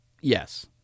Yes